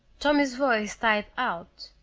tommy's voice died out.